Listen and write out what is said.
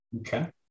okay